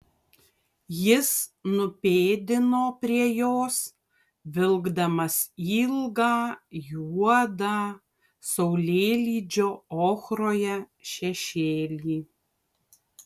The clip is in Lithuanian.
jis nupėdino prie jos vilkdamas ilgą juodą saulėlydžio ochroje šešėlį